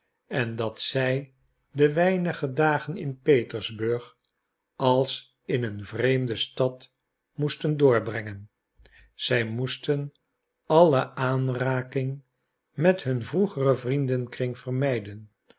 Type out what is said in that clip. en dat zij de weinige dagen in petersburg als in een vreemde stad moesten doorbrengen zij moesten alle aanraking met hun vroegeren vriendenkring vermijden